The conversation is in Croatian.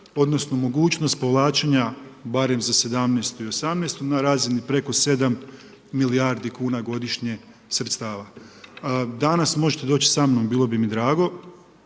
odnosno mogućnost povlačenja barem za 2017. i 2018. na razini preko 7 milijardi kuna godišnje sredstava. Danas možete doći sa mnom, bilo bi mi drago,